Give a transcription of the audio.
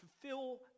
fulfill